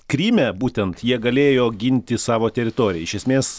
kryme būtent jie galėjo ginti savo teritoriją iš esmės